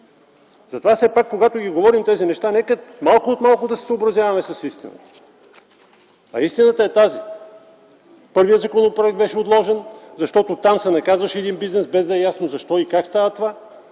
Затова, когато говорим тези неща, нека малко от малко да се съобразяваме с истината. А истината е тази – първият законопроект беше отложен, защото там се наказваше един бизнес, без да е ясно защо и как става това.